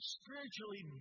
spiritually